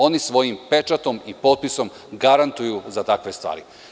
Oni svojim pečatom i potpisom garantuju za takve stvari.